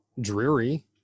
dreary